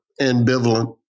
ambivalent